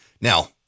Now